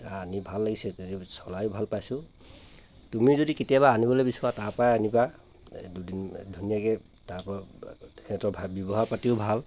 আনি ভাল লাগিছে এতিয়া চলাইও ভাল পাইছোঁ তুমি যদি কেতিয়াবা আনিবলৈ বিচৰা তাৰপৰাই আনিবা দুইদিন ধুনীয়াকৈ তাৰপৰা সিহঁতৰ ভা ব্যৱহাৰ পাতিও ভাল